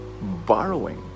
borrowing